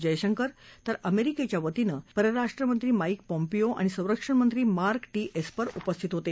जयशंकर तर अमेरिकेच्या वतीनं परराष्ट्रमंत्री माईक पॉम्पिओ आणि संरक्षणमंत्री मार्क टी एस्पर उपस्थित होते